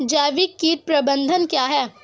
जैविक कीट प्रबंधन क्या है?